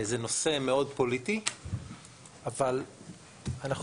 זה נושא מאוד פוליטי, אבל אנחנו